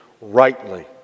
rightly